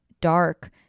dark